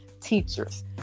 teachers